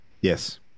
Yes